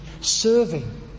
serving